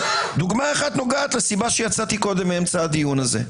אחת נוגעת לסיבה שיצאתי קודם מאמצע הדיון הזה.